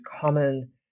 common